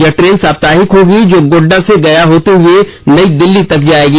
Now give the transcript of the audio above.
यह ट्रेन साप्ताहिक होगी जो गोड्डा से गया होते हए नई दिल्ली तक जाएगी